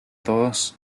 todos